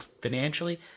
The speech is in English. financially